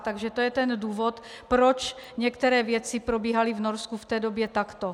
Takže to je ten důvod, proč některé věci probíhaly v Norsku v té době takto.